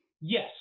yes